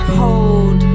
hold